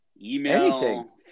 email